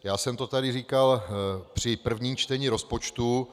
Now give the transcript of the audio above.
Já jsem to tady říkal při prvním čtení rozpočtu.